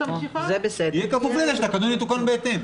המשיכה --- יהיה כפוף לזה שהתקנון יתוקן בהתאם.